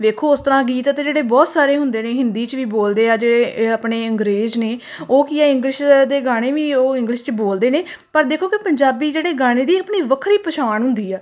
ਵੇਖੋ ਉਸ ਤਰ੍ਹਾਂ ਗੀਤ ਅਤੇ ਜਿਹੜੇ ਬਹੁਤ ਸਾਰੇ ਹੁੰਦੇ ਨੇ ਹਿੰਦੀ 'ਚ ਵੀ ਬੋਲਦੇ ਆ ਜੇ ਅ ਆਪਣੇ ਅੰਗਰੇਜ਼ ਨੇ ਉਹ ਕੀ ਆ ਇੰਗਲਿਸ਼ ਦੇ ਗਾਣੇ ਵੀ ਉਹ ਇੰਗਲਿਸ਼ 'ਚ ਬੋਲਦੇ ਨੇ ਪਰ ਦੇਖੋ ਕਿ ਪੰਜਾਬੀ ਜਿਹੜੇ ਗਾਣੇ ਦੀ ਆਪਣੀ ਵੱਖਰੀ ਪਛਾਣ ਹੁੰਦੀ ਆ